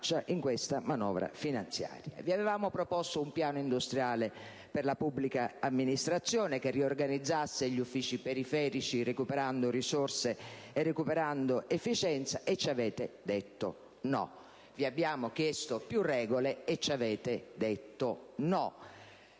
Vi avevamo proposto un piano industriale della pubblica amministrazione che riorganizzasse gli uffici periferici, recuperando risorse ed efficienza. E ci avete detto no. Vi abbiamo chiesto più regole e ci avete detto no.